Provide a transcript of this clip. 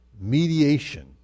mediation